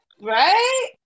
right